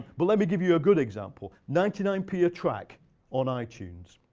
but let me give you a good example. ninety nine p a track on ah itunes.